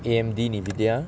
A_M_D NVIDIA